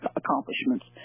accomplishments